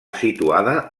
situada